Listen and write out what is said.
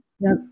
Yes